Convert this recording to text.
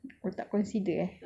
oo tak consider eh